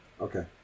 Okay